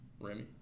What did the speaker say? Remy